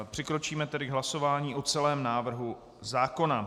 Přikročíme tedy k hlasováním o celém návrhu zákona.